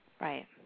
Right